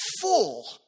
full